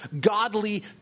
godly